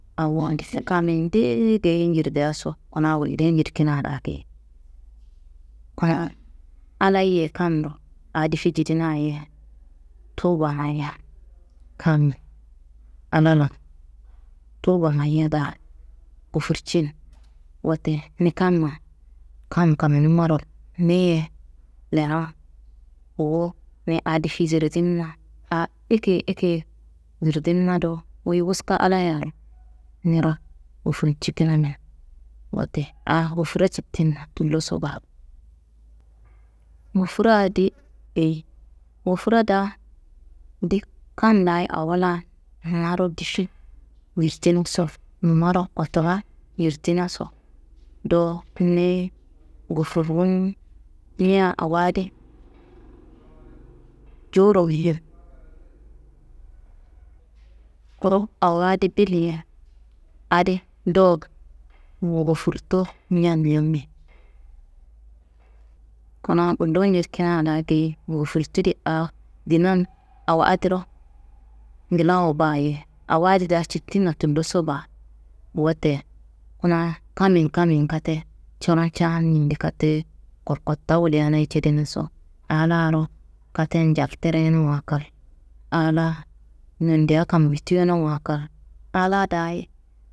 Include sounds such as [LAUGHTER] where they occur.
Awo [UNINTELLIGIBLE] kammi ndeye geyi njirdaso, kuna gulli njedikina daa geyi. Kuna Allaha ye kamndo aa difi jidina ye towuba mayen. Kammi Allaha lan towuba mayia daa gofurcin. [NOISE] Wote ni kamma kam kamanummaro ni- ye lenowo wu ni aa difi zirtimina aa ekeyi ekeyi zirdimina do, wuyi wuska Allahayaro niro ngofurcikinamin. Wote aa gofura cittinna tulloso baa. Ngofura adi eyi? Ngofura daa di kam laayi awo laa nummaro difi njirdinaso, nummaro kotula njirdinaso dowo niyi gofurunmia awo adi jowuro muhim, [NOISE] kuru awo adi bili ye adi do ngofurto ñan yammi. Kuna gullu njedikina daa geyi, ngofurtu di aa dinan awo adiro ngla wo baye, awo adi citinna tulloso baa. Wote kuna kami n kami n katte coron caan yindi katte koworkotta wolianayi cedeniso, aa laaro katten jalterenuwa kal, aa laa nondia kambitunowa kal, Allah dayi.